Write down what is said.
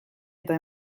eta